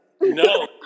No